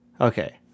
okay